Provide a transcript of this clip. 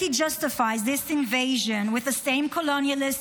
Turkey justified this invasion with the same colonialist